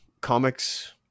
comics